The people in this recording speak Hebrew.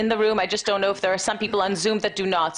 אני רק לא יודעת אם יש כמה אנשים בזום שלא מבינים.